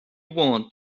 want